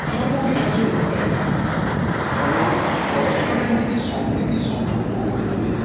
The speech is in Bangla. ধর্ম বিভাজন ঘটায় না ধর্ম পরস্পরের মধ্যে সম্প্রীতির সম্পর্ক গড়ে তোলে